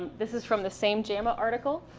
this is from the same jama article,